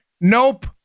nope